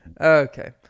Okay